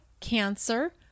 Cancer